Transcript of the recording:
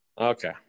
okay